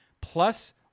plus